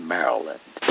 Maryland